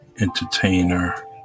entertainer